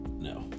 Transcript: No